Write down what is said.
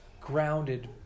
grounded